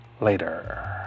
later